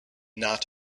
not